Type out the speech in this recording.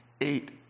eight